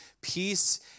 peace